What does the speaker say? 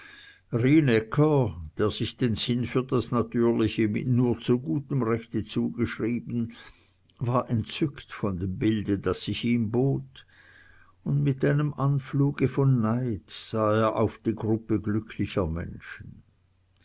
der sich den sinn für das natürliche mit nur zu gutem rechte zugeschrieben war entzückt von dem bilde das sich ihm bot und mit einem anfluge von neid sah er auf die gruppe glücklicher menschen